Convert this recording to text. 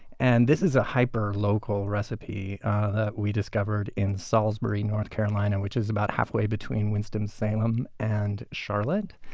and this is a hyperlocal recipe that we discovered in salisbury, north carolina, which is about halfway between winston-salem and charlotte.